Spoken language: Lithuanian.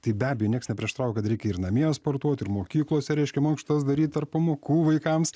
tai be abejo nieks neprieštarauja kad reikia ir namie sportuot ir mokyklose reiškia mankštas daryt tarp pamokų vaikams